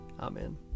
Amen